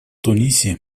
тунисе